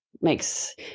makes